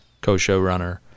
co-showrunner